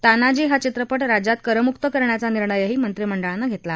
तानाजी हा चित्रपट राज्यात करमुक्त करण्याचा निर्णय मंत्रिमंडळानं घेतला